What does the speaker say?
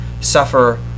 suffer